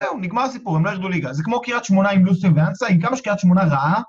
זהו, נגמר הסיפור, הם לא ירדו ליגה, זה כמו קרית שמונה עם לוזון ואנסה היא קרית שמונה רעה.